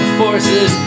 forces